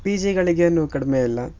P ಜಿಗಳಿಗೇನು ಕಡಿಮೆ ಇಲ್ಲ